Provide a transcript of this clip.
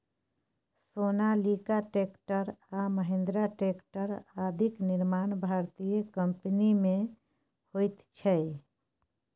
Sonalika tractor आ Mahindra tractor आदिक निर्माण भारतीय कम्पनीमे होइत छै